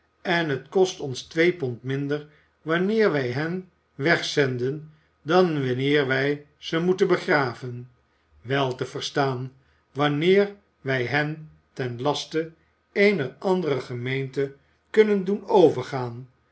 en het kost ons twee pond minder wanneer wij hen wegzenden dan wanneer wij ze moeten begraven wel te verstaan wanneer wij hen ten laste eener andere gemeente kunnen doen overgaan